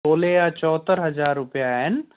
तोले जा चोहतरि हज़ार रुपिया आहिनि